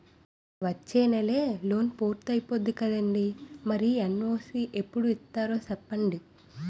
వచ్చేనెలే లోన్ పూర్తయిపోద్ది కదండీ మరి ఎన్.ఓ.సి ఎప్పుడు ఇత్తారో సెప్పండి